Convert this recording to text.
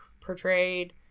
portrayed